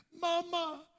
Mama